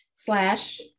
Slash